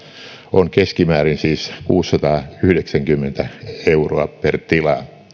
on keskimäärin siis kuusisataayhdeksänkymmentä euroa per tila